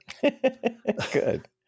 Good